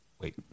Wait